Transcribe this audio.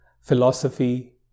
philosophy